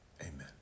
Amen